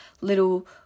little